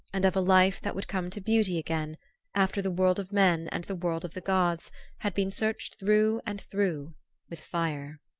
and of a life that would come to beauty again after the world of men and the world of the gods had been searched through and through with fire.